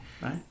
Right